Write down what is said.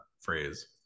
phrase